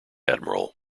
admiral